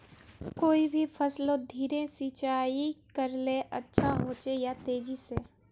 कोई भी फसलोत धीरे सिंचाई करले अच्छा होचे या तेजी से?